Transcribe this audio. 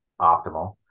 optimal